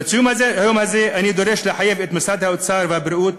בציון היום הזה אני דורש לחייב את משרד האוצר ומשרד הבריאות